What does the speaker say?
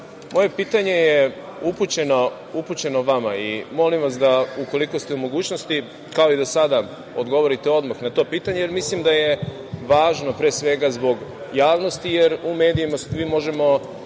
moje pitanje je upućeno vama i molim vas da ukoliko ste u mogućnosti, kao i do sada odgovorite odmah na to pitanje, jer mislim da je važno, pre svega, zbog javnosti, jer u medijima svi možemo